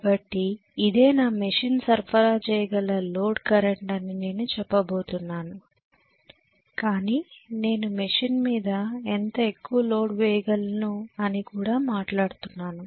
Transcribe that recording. కాబట్టి ఇదే నా మెషీన్ సరఫరా చేయగల లోడ్ కరెంట్ అని నేను చెప్పబోతున్నాను కాని నేను మెషీన్ మీద ఎంత ఎక్కువ లోడ్ వేయ గలను అని కూడా మాట్లాడుతున్నాను